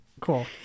cool